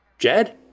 Jed